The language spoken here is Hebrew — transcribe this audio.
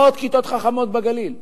מאות כיתות חכמות בגליל,